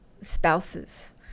spouses